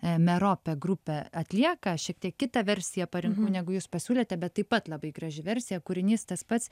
e merope grupė atlieka šiek tiek kitą versiją parinkau negu jūs pasiūlėte bet taip pat labai graži versija kūrinys tas pats